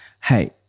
hey